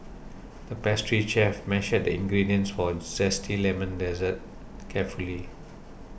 the pastry chef measured the ingredients for a Zesty Lemon Dessert carefully